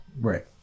Right